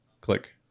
click